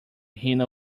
rhino